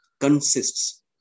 consists